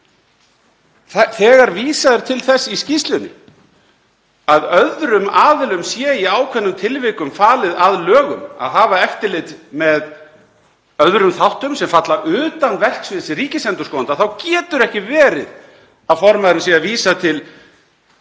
Þegar vísað er til þess í skýrslunni að öðrum aðilum sé í ákveðnum tilvikum falið að lögum að hafa eftirlit með öðrum þáttum sem falla utan verksviðs ríkisendurskoðanda þá getur ekki verið að formaðurinn sé að vísa til